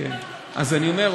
אני אומר,